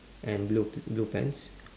and blu~ blue pants